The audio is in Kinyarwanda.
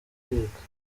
kwiga